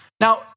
Now